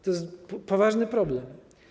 To jest poważny problem.